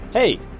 Hey